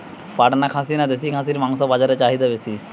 পাটনা খাসি না দেশী খাসির মাংস বাজারে চাহিদা বেশি?